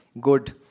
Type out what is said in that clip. good